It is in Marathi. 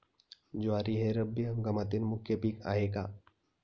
ज्वारी हे रब्बी हंगामातील मुख्य पीक आहे का?